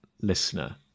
listener